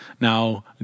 Now